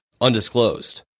Undisclosed